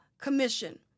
Commission